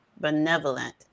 benevolent